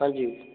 ਹਾਂਜੀ